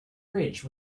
bridge